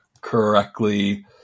correctly